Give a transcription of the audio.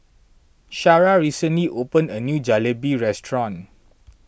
Shara recently opened a new Jalebi restaurant